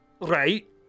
Right